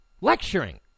Lecturing